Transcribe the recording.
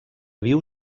viu